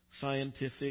scientific